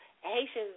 Haitians